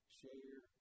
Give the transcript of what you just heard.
share